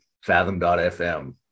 Fathom.fm